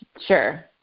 Sure